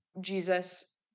Jesus